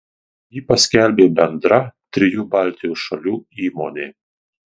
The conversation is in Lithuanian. jį paskelbė bendra trijų baltijos šalių įmonė